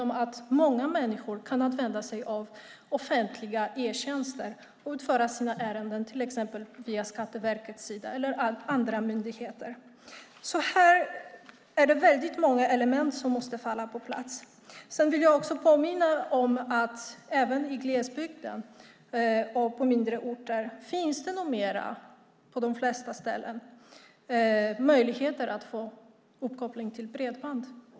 Många människor ska kunna använda sig av offentliga e-tjänster och utföra sina ärenden till exempel via Skatteverkets eller andra myndigheters sidor. Det är många element som måste falla på plats. Jag vill också påminna om att det även i glesbygden och på mindre orter numera på de flesta ställen finns möjligheter att få uppkoppling till bredband.